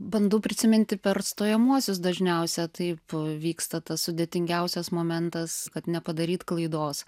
bandau prisiminti per stojamuosius dažniausia taip vyksta tas sudėtingiausias momentas kad nepadaryt klaidos